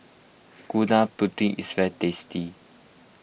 Gudeg Putih is fat tasty